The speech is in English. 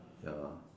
ya